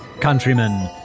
countrymen